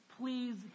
please